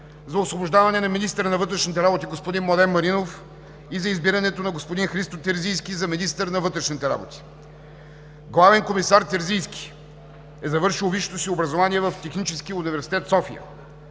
за освобождаване на министъра на вътрешните работи господин Младен Маринов и за избирането на господин Христо Терзийски за министър на вътрешните работи. Главен комисар Терзийски е завършил висшето си образование в Техническия университет, София.